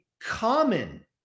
common